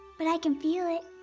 but i can feel it.